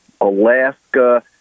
Alaska